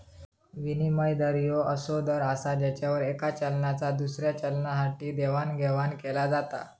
विनिमय दर ह्यो असो दर असा ज्यावर येका चलनाचा दुसऱ्या चलनासाठी देवाणघेवाण केला जाता